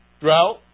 drought